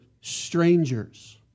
strangers